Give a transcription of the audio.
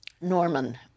Norman